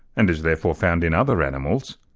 and is therefore found in other animals,